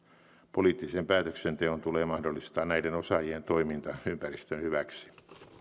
poliittisen päätöksenteon tulee mahdollistaa näiden osaajien toiminta ympäristön hyväksi